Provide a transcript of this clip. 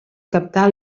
captar